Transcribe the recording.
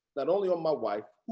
not only on my wife,